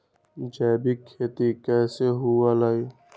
जैविक खेती कैसे हुआ लाई?